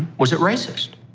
was it racist?